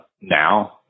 now